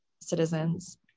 citizens